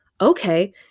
okay